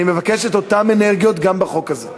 אני מבקש את אותן אנרגיות גם בחוק הזה.